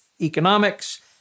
economics